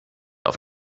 auf